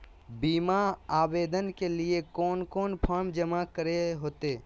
बीमा आवेदन के लिए कोन कोन फॉर्म जमा करें होते